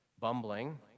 bumbling